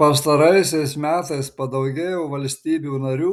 pastaraisiais metais padaugėjo valstybių narių